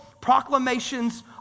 proclamations